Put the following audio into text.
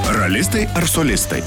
ralistai ar solistai